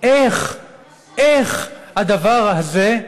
איך הדבר הזה,